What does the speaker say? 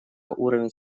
уровень